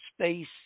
space